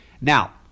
Now